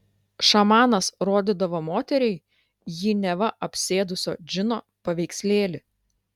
šamanas rodydavo moteriai jį neva apsėdusio džino paveikslėlį